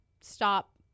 stop